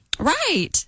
Right